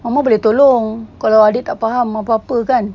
mama boleh tolong kalau adik tak faham apa-apa kan